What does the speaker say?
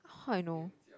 how I know